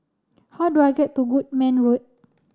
how do I get to Goodman Road